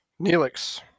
neelix